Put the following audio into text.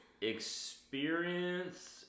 Experience